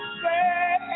say